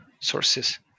sources